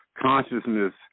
consciousness